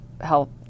help